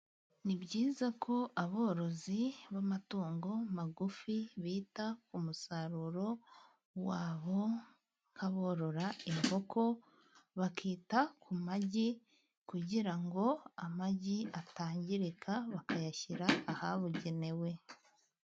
Ni byiza ko aborozi b'amatungo magufi bita ku musaruro wabo, nkaborora inkoko bakita ku magi, kugira ngo amagi atangirika bakayashyira ahabugenewe.